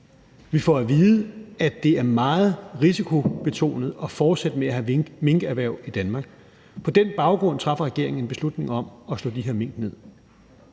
Vi får at vide, at det er meget risikobetonet at fortsætte med at have minkerhverv i Danmark. På den baggrund træffer regeringen en beslutning om at slå de her mink ned.